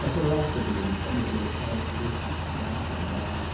a ferocity in some of their characteristics of national manners,